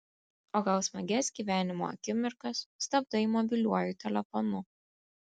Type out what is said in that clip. o gal smagias gyvenimo akimirkas stabdai mobiliuoju telefonu